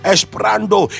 Esprando